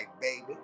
baby